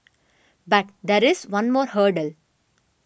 but there is one more hurdle